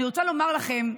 אני רוצה לומר לכם,